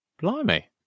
blimey